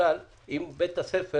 בכלל האם בית הספר